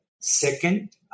Second